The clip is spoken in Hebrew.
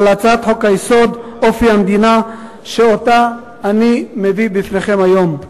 על הצעת חוק-יסוד: אופי המדינה שאותה אני מביא בפניכם היום.